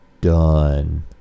done